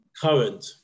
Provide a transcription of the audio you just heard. Current